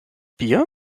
bier